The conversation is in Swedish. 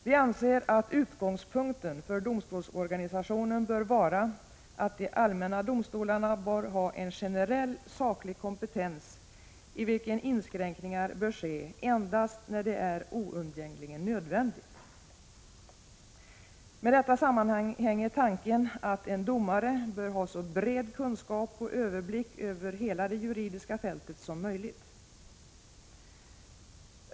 Vi anser att utgångspunkten för domstolsorganisationen bör vara att de allmänna domstolarna har en generell saklig kompetens, i vilken inskränkningar bör ske endast när det är oundgängligen nödvändigt. Med detta sammanhänger tanken att en domare bör ha så bred kunskap och överblick över hela det juridiska fältet som möjligt.